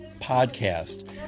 podcast